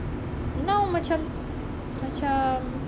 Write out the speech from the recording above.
now macam macam